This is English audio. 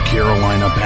Carolina